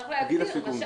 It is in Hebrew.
צריך להגדיר.